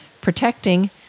protecting